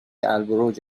البروج